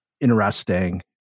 interesting